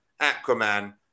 Aquaman